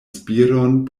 spiron